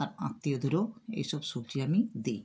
আর আত্মীয়দেরও এই সব সবজি আমি দিই